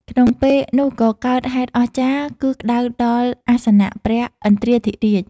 ក្នុងពេលនោះក៏កើតហេតុអស្ចារ្យ គឺក្តៅដល់អសនៈព្រះឥន្ទ្រាធិរាជ។